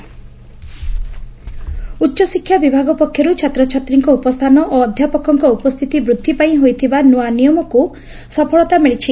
ଉପସ୍ତାନ ଉଚ୍ଚଶିକ୍ଷା ବିଭାଗ ପକ୍ଷରୁ ଛାତ୍ରଛାତ୍ରୀଙ୍କ ଉପସ୍ଥାନ ଓ ଅଧ୍ୟାପକଙ୍କ ଉପସ୍ଥିତି ବୃଦ୍ଧି ପାଇଁ ହୋଇଥିବା ନିଆ ନିୟମକୁ ସଫଳତା ମିଳିଛି